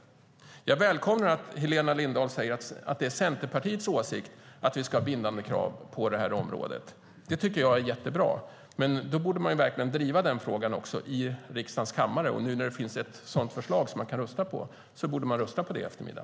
Jag välkomnar att Helena Lindahl säger att det är Centerpartiets åsikt att vi ska ha bindande krav på det här området. Det tycker jag är jättebra, men då borde man verkligen driva den frågan också i riksdagens kammare. Och nu när det finns ett sådant förslag som man kan rösta på borde man rösta på det i eftermiddag.